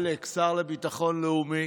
עלק שר לביטחון לאומי,